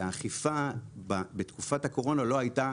שהאכיפה בתקופת הקורונה לא הייתה